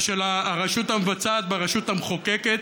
של הרשות המבצעת ברשות המחוקקת,